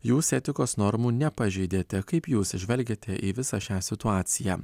jūs etikos normų nepažeidėte kaip jūs žvelgiate į visą šią situaciją